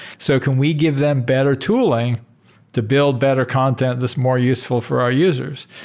so can we give them better tooling to build better content that's more useful for our users?